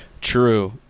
True